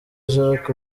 jack